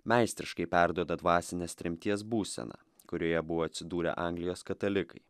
meistriškai perduoda dvasinės tremties būseną kurioje buvo atsidūrę anglijos katalikai